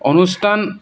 অনুষ্ঠান